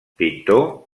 pintor